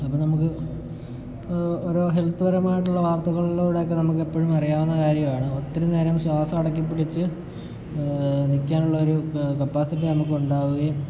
അപ്പോൾ നമുക്ക് ഓരോ ഹെൽത്ത് പരമായിട്ടുള്ള വാർത്തകളിലൂടെയൊക്കെ നമുക്ക് എപ്പോഴും അറിയാവുന്ന കാര്യമാണ് ഒത്തിരി നേരം ശ്വാസം അടക്കി പിടിച്ച് നിൽക്കാനുള്ള ഒരു കപ്പാസിറ്റി നമുക്ക് ഉണ്ടാവുകയും